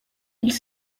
ils